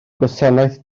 gwasanaeth